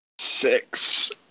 six